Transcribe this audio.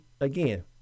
again